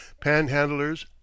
panhandlers